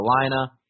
Carolina